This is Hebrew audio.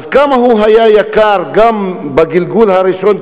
כמה הוא היה יקר גם בגלגול הראשון,